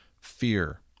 fear